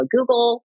Google